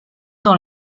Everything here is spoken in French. dans